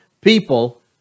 people